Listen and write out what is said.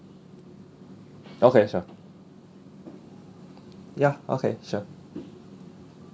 okay sure ya okay sure